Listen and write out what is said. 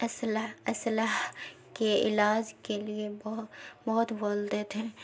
اصلاح اصلاح کے علاج کے لیے بہت بولتے تھے